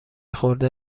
خورده